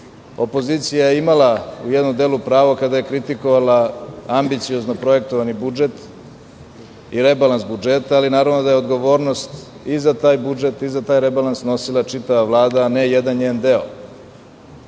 zemlje. Opozicija je imala u jednom delu pravo kada je kritikovala ambiciozno projektovani budžet i rebalans budžeta, ali naravno da je odgovornost i za ta j budžet i za taj rebalans snosila čitava Vlada, a ne jedan njen deo. Oni